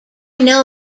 know